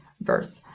birth